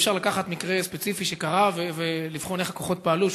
אי-אפשר לקחת מקרה ספציפי שקרה ולבחון איך הכוחות פעלו.